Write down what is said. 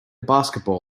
basketball